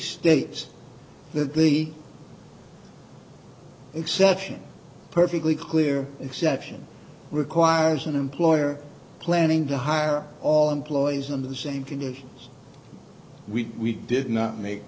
states that the exception perfectly clear exception requires an employer planning to hire all employees under the same conditions we did not make